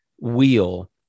wheel